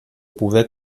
pouvais